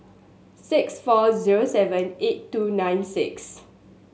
six four zero seven eight two nine six